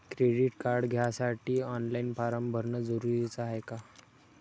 Credit card घ्यासाठी online form भरन जरुरीच हाय का?